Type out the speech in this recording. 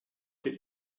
get